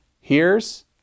hears